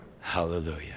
Hallelujah